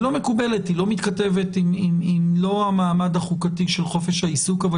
היא לא מתכתבת עם המעמד החוקתי של חופש העיסוק אבל